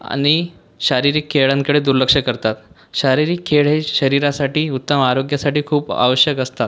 आणि शारीरिक खेळांकडे दुर्लक्ष करतात शारीरिक खेळ हे शरीरासाठी उत्तम आरोग्यासाठी खूप आवश्यक असतात